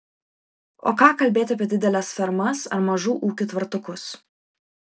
o ką kalbėti apie dideles fermas ar mažų ūkių tvartukus